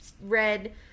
red